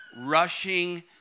rushing